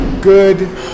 good